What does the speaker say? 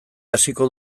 hasiko